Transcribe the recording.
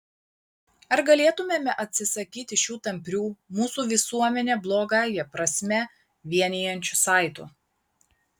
ar galėtumėme atsisakyti šių tamprių mūsų visuomenę blogąją prasme vienijančių saitų